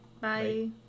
Bye